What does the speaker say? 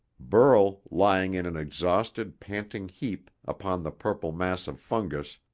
burl, lying in an exhausted, panting heap upon the purple mass of fungus,